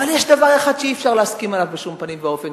אבל יש דבר אחד שאי-אפשר להסכים עליו בשום פנים ואופן.